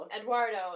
Eduardo